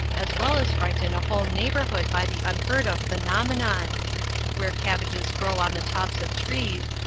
as well as frighten a whole neighborhood by the unheard of phenomenon where cabbages grow on the tops of trees,